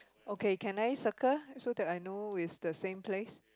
okay can I circle so that I know is the same place